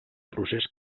procés